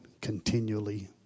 continually